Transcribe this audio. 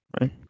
Right